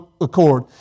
accord